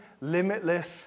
limitless